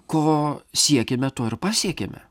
ko siekiame to ir pasiekėme